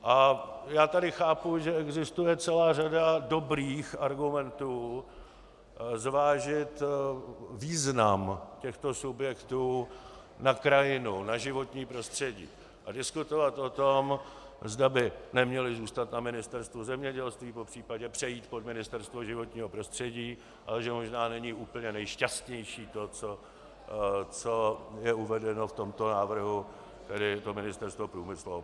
A já tady chápu, že existuje celá řada dobrých argumentů zvážit význam těchto subjektů na krajinu, na životní prostředí a diskutovat o tom, zda by neměly zůstat na Ministerstvu zemědělství, popřípadě přejít pod Ministerstvo životního prostředí, ale že možná není úplně nejšťastnější to, co je uvedeno v tomto návrhu, tedy to Ministerstvo průmyslu a obchodu.